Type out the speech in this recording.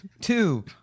Two